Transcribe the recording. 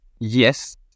Yes